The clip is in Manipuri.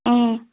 ꯎꯝ